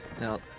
Now